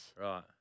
Right